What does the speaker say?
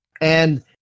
and-